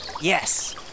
Yes